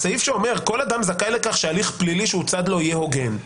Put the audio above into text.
הסעיף שאומר: כל אדם זכאי לכך שהליך פלילי שהוא צד לו יהיה הוגן.